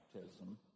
baptism